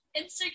Instagram